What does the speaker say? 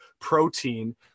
protein